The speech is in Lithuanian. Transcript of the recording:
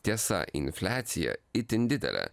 tiesa infliacija itin didelė